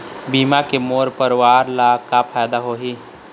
बीमा के मोर परवार ला का फायदा होही?